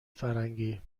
فرنگی